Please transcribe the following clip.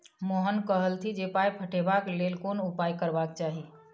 मोहन कहलथि जे पाय पठेबाक लेल कोन उपाय करबाक चाही